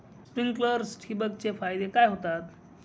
Sprinklers ठिबक चे फायदे काय होतात?